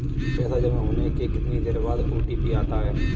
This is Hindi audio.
पैसा जमा होने के कितनी देर बाद ओ.टी.पी आता है?